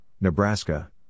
Nebraska